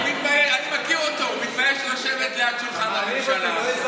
אני מכיר אותו, הוא מתבייש לשבת ליד שולחן הממשלה.